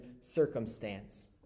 circumstance